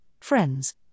friends